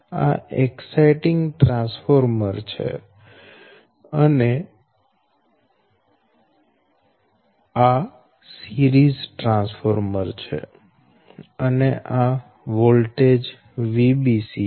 આ exciting transformer છે અને આ સિરીઝ ટ્રાન્સફોર્મર છે અને આ વોલ્ટેજ Vbc છે